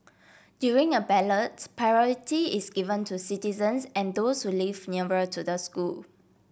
during a ballots priority is given to citizens and those who live nearer to the school